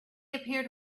appeared